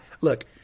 Look